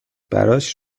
براش